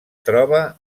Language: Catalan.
troba